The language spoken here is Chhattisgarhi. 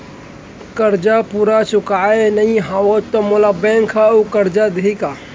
करजा पूरा चुकोय नई हव त मोला बैंक अऊ करजा दिही का?